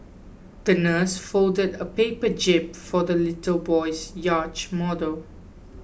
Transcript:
the nurse folded a paper jib for the little boy's yacht model